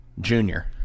Junior